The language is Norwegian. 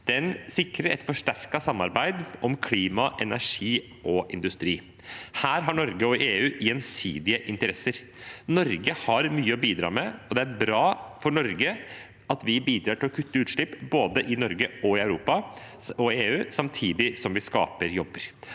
Den sikrer et forsterket samarbeid om klima, energi og industri. Her har Norge og EU gjensidige interesser. Norge har mye å bidra med, og det er bra for Norge at vi bidrar til å kutte utslipp både i Norge og i EU, samtidig som vi skaper jobber.